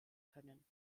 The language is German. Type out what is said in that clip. können